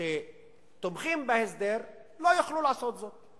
שתומכים בהסדר לא יוכלו לעשות זאת.